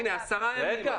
הנה, 10 ימים.